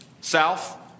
south